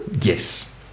Yes